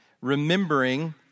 Remembering